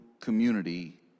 community